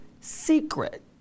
secret